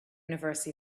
universe